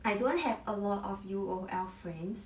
I don't have a lot of U_O_L friends